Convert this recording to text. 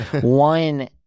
One